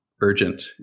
urgent